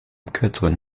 kürzeren